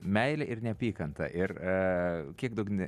meilė ir neapykanta ir kiek daug ne